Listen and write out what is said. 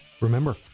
Remember